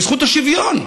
בזכות השוויון.